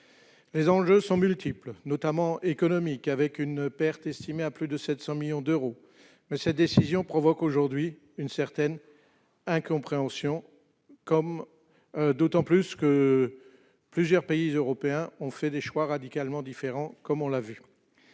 Les enjeux sont multiples, notamment économiques. La perte est estimée à plus de 700 millions d'euros. Cette décision provoque donc une certaine incompréhension, d'autant plus que plusieurs pays européens ont fait des choix radicalement différents. Un sportif